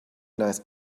nice